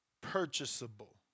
purchasable